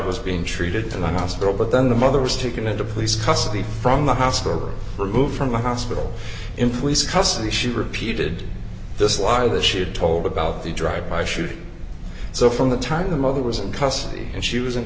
was being treated in the hospital but then the mother was taken into police custody from the hospital removed from the hospital in police custody she repeated this lie that she had told about the drive by shooting so from the time the mother was in custody and she was in